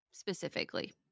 specifically